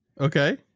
Okay